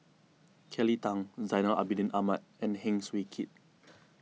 Kelly Tang Zainal Abidin Ahmad and Heng Swee Keat